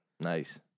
Nice